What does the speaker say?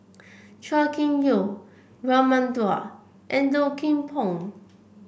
Chua Kim Yeow Raman Daud and Low Kim Pong